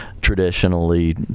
traditionally